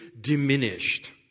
diminished